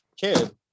kid